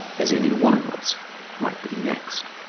as any one of us might be next.